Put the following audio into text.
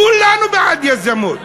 כולנו בעד יזמות.